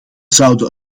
zouden